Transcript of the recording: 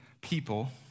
people